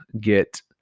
get